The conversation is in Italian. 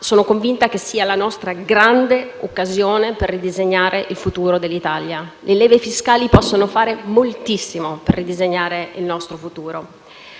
sono convinta che sia la nostra grande occasione per ridisegnare il futuro dell'Italia. Le leve fiscali possono fare moltissimo per ridisegnare il nostro futuro.